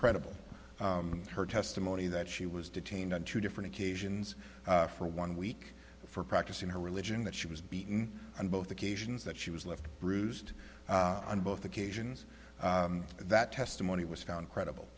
credible her testimony that she was detained on two different occasions for one week for practicing her religion that she was beaten on both occasions that she was left bruised on both occasions that testimony was found credible